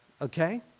okay